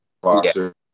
boxer